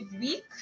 week